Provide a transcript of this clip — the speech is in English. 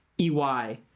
EY